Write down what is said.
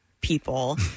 people